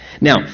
now